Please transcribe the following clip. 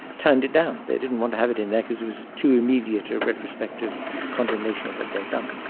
turned it down, they didn't want to have it in there because it was too immediate a retrospective condemnation of what they'd done.